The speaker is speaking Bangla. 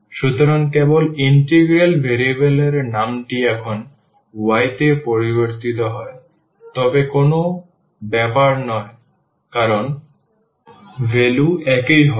সুতরাং কেবল ইন্টিগ্রাল ভ্যারিয়েবল এর নামটি এখন y তে পরিবর্তিত হয় তবে কোনও ব্যাপার নয় কারণ ভ্যালু একই হবে